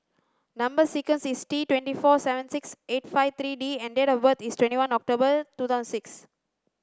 number sequence is T twenty four seven six eight five three D and date of birth is twenty one October two thousand six